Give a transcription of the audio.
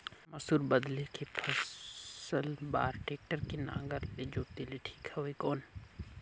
मसूर बदले के फसल बार टेक्टर के नागर ले जोते ले ठीक हवय कौन?